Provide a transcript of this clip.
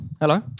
Hello